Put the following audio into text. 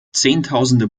zehntausende